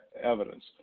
evidence